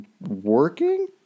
working